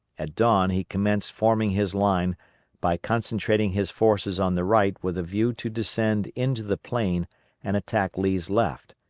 at dawn he commenced forming his line by concentrating his forces on the right with a view to descend into the plain and attack lee's left,